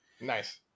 Nice